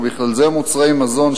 ובכלל זה מוצרי מזון,